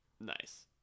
nice